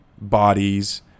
bodies